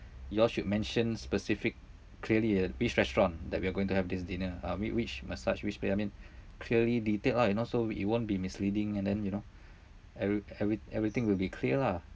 you all should mention specific clearly ah which restaurant that we are going to have this dinner uh whi~ which massage we should pay I mean clearly detailed ah you know so it won't be misleading and then you know every every everything will be clear lah